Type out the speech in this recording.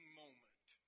moment